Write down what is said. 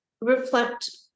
reflect